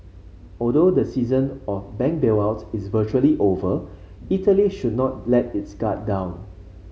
although the season of bank bailout is virtually over Italy should not let its guard down